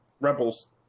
rebels